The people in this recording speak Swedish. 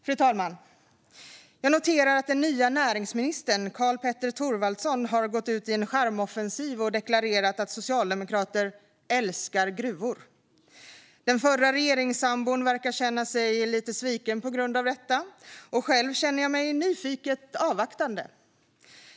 Fru talman! Jag noterar att den nye näringsministern Karl-Petter Thorwaldsson har gått ut i en charmoffensiv och deklarerat att socialdemokrater älskar gruvor. Den förra regeringssambon verkar känna sig lite sviken på grund av detta, och själv känner jag mig nyfiket avvaktande.